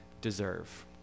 deserve